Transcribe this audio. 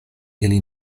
ili